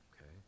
okay